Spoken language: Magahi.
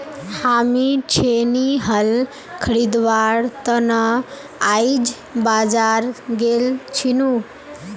हामी छेनी हल खरीदवार त न आइज बाजार गेल छिनु